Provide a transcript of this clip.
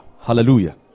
Hallelujah